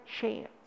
chance